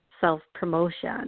self-promotion